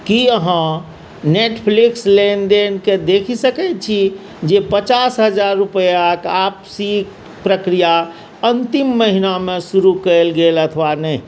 कि अहाँ नेटफ्लिक्स लेनदेनके देखि सकै छी जे पचास हजार रुपैआके आपसीके प्रक्रिया अन्तिम महिनामे शुरू कएल गेल अथवा नहि